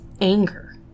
anger